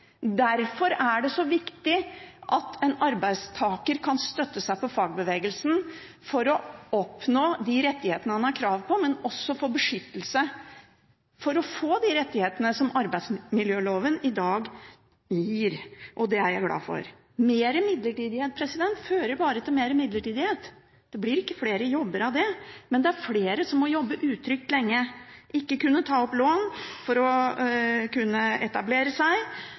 Derfor er det så viktig at en arbeidstaker kan støtte seg på fagbevegelsen for å oppnå de rettighetene han har krav på, men også få beskyttelse for å få de rettighetene som arbeidsmiljøloven i dag gir. Det er jeg glad for. Mer midlertidighet fører bare til mer midlertidighet. Det blir ikke flere jobber av det, men det er flere som må jobbe utrygt lenge – ikke kunne ta opp lån for å etablere seg